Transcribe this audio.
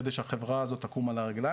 על מנת שהחברה הזו תקום על הרגליים.